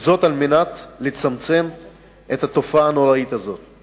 על מנת לצמצם את התופעה הנוראית הזאת.